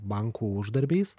bankų uždarbiais